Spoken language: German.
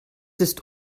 ist